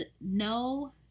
no